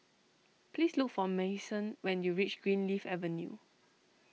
please look for Mason when you reach Greenleaf Avenue